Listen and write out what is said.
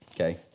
Okay